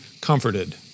comforted